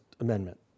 Amendment